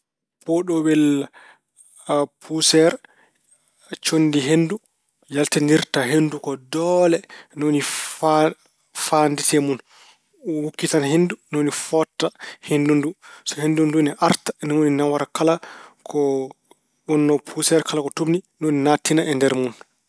Puudho beel puuseer, con di hendu yal tin dirta hendu ko doole nu ni faa-faa di see mun. Uukiitana hendu nu ni fotta hendundu. Sunhindun ni arta nu ni nawara kala ko unno puuseer kala ko turni, nu naatina e nder mun.